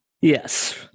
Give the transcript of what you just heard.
Yes